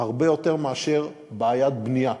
היא הרבה יותר מאשר בעיית בנייה.